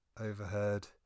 overheard